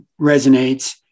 resonates